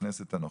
בכנסת הנוכחית.